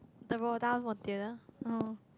the Roda Montana oh